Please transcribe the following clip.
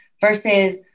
Versus